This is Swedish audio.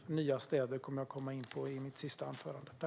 I mitt sista inlägg kommer jag att komma in på nya städer.